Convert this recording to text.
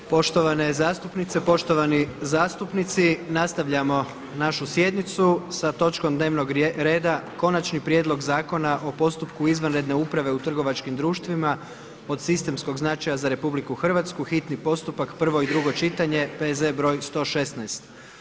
Poštovane zastupnice, poštovani zastupnici, nastavljamo našu sjednicu sa točkom dnevnog reda: - Konačni prijedlog Zakona o postupku izvanredne uprave u trgovačkim društvima od sistemskog značaja za RH, hitni postupak, prvo i drugo čitanje, P.Z. broj 116.